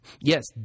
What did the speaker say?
Yes